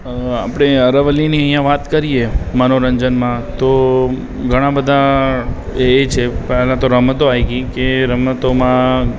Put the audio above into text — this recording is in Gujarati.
અં આપડે અરાવલીની અહીંયા વાત કરીએ મનોરંજનમાં તો ઘણાં બધા એ છે પણ પહેલાં તો રમતો આવી ગઈ કે રમતોમાં